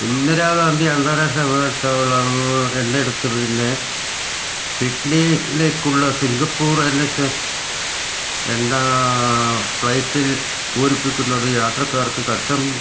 ഇന്തിരാ ഗാന്ധി അന്താരാഷ്ട്ര വിമാനത്താവളം എന്നിടത്ത് നിന്ന് സിഡ്ണീലേക്കുള്ള സിങ്കപ്പൂറ് എല്ല് എച്ച് എസ് എന്ന ഫ്ലൈറ്റിൽ പൂരിപ്പിക്കുന്നത് യാത്രക്കാർക്ക് കസ്റ്റം